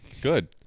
Good